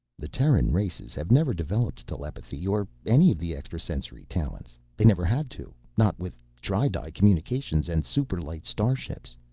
the terran races have never developed telepathy, or any of the extrasensory talents. they never had to, not with tri-di communications and superlight starships.